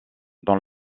dont